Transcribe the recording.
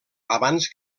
abans